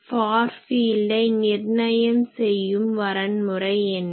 for ஃபீல்டை நிர்ணயம் செய்யும் வரன்முறை என்ன